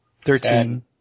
Thirteen